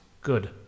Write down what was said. Good